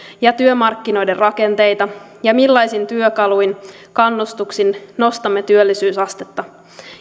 ja työmarkkinoiden rakenteita ja millaisin työkaluin kannustuksin nostamme työllisyysastetta